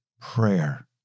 prayer